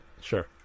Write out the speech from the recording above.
Sure